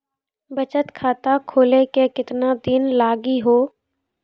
बचत खाता खोले मे केतना दिन लागि हो?